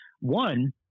One